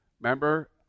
remember